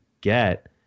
get